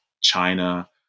China